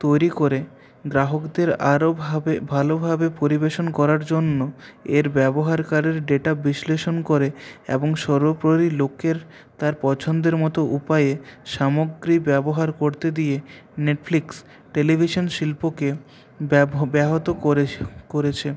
তৈরি করে গ্রাহকদের আরও ভাবে ভালোভাবে পরিবেশন করার জন্য এর ব্যবহারকারীর ডেটা বিশ্লেষণ করে এবং সর্বপরি লোকের তার পছন্দ মতো উপায়ে সামগ্রি ব্যবহার করতে দিয়ে নেটফ্লিক্স টেলিভিশন শিল্পকে ব্য ব্যহত করে করেছে